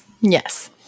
yes